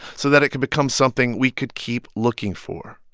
so that it could become something we could keep looking for